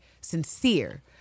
sincere